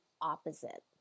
opposite